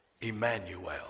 Emmanuel